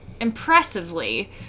impressively